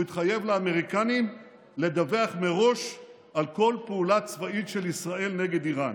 הוא התחייב לאמריקנים לדווח מראש על כל פעולה צבאית של ישראל נגד איראן.